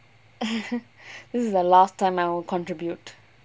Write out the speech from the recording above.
this is the last time I will contribute